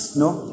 no